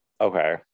Okay